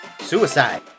Suicide